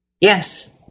Yes